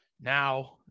now